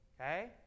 okay